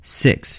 six